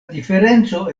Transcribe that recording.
diferenco